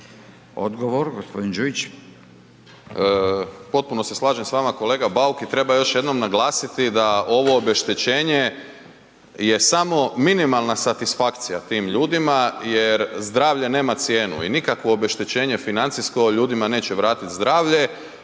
Odgovor gospodin Đujić.